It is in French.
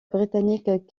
britannique